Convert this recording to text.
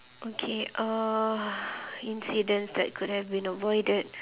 okay uh incidents that could have been avoided